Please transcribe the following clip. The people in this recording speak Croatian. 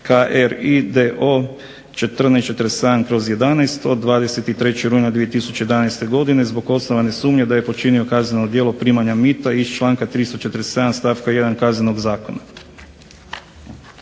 KRI-DO-1447/11 od 23. rujna 2011. godine zbog osnovane sumnje da je počinio kazneno djelo primanja mita iz članka 347. stavka 1. Kaznenog zakona.